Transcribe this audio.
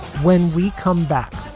when we come back,